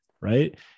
right